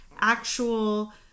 actual